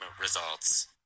results